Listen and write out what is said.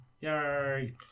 Yay